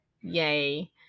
Yay